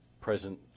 present